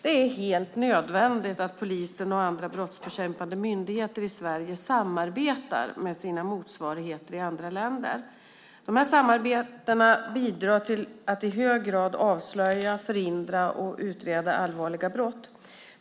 Det är helt nödvändigt att Polisen och andra brottsbekämpande myndigheter i Sverige samarbetar med sina motsvarigheter i andra länder. Dessa samarbeten bidrar i hög grad till att avslöja, förhindra och utreda allvarliga brott.